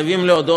חייבים להודות.